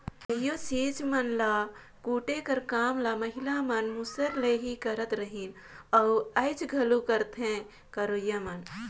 कइयो चीज मन ल कूटे कर काम ल महिला मन मूसर ले ही करत रहिन अउ आएज घलो करथे करोइया मन